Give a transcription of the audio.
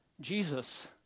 Jesus